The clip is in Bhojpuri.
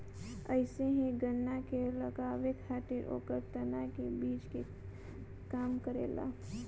अइसे ही गन्ना के लगावे खातिर ओकर तना ही बीज के काम करेला